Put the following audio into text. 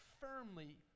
firmly